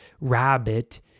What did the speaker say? rabbit